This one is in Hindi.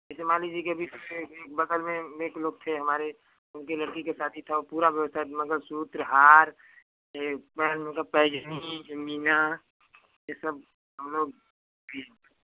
जैसे मान लीजिए कि अभी बगल में एक लोग थे हमारे उनके लड़की का शादी थे उनका पूरा व्यवस्था उनके मंगलसूत्र हार ए पैर में का पैजनी जूमीना ये सब हम लोग किए थे